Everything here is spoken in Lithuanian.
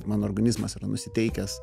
mano organizmas yra nusiteikęs